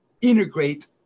integrate